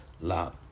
love